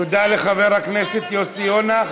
קבורה לא נודעת, תודה לחבר הכנסת יוסי יונה.